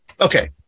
Okay